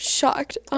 shocked